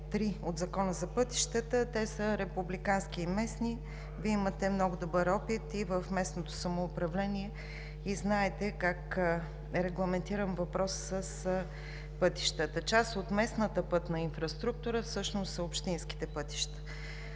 и 3 от Закона за пътищата те са републикански и местни, Вие имате много добър опит и в местното самоуправление и знаете как е регламентиран въпросът с пътищата. Част от местната пътна инфраструктура всъщност са общинските пътища.